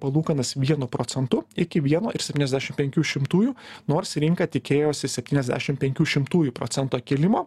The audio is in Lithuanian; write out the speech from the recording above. palūkanas vienu procentu iki vieno ir septyniasdešim penkių šimtųjų nors rinka tikėjosi septyniasdešim penkių šimtųjų procento kilimo